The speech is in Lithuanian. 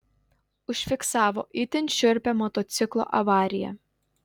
užfiksavo itin šiurpią motociklo avariją